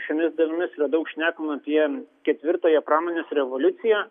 šiomis dienomis yra daug šnekama vien ketvirtąją pramonės revoliuciją